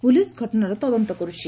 police ଘଟଶାର ତଦନ୍ତ କରୁଛି